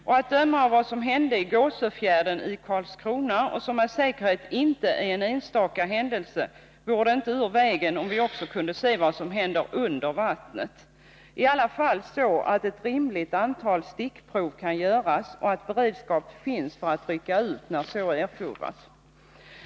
Och att döma av vad som hände i Gåsöfjärden i Karlskrona, som med säkerhet inte är en enstaka händelse, vore det inte ur vägen om vi också kunde se vad som händer under vattnet — i alla fall i så stor utsträckning att ett rimligt antal stickprov kan göras och en beredskap finns för utryckningar när sådana erfordras.